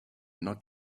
not